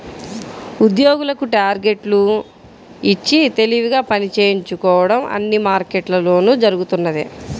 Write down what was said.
ఉద్యోగులకు టార్గెట్లు ఇచ్చి తెలివిగా పని చేయించుకోవడం అన్ని మార్కెట్లలోనూ జరుగుతున్నదే